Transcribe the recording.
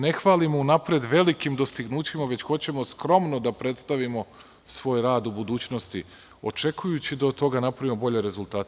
Ne hvalimo se unapred velikim dostignućima, već hoćemo skromno da predstavimo svoj rad u budućnosti, očekujući da od toga napravimo bolje rezultate.